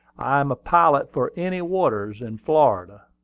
i am a pilot for any waters in florida.